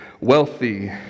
wealthy